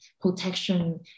protection